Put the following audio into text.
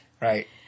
Right